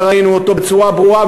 וראינו אותו בצורה ברורה,